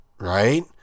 right